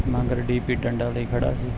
ਮਗਰ D P ਡੰਡਾ ਲਈ ਖੜਾ ਸੀ